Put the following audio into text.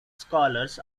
scholars